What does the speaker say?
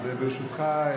ברשותך,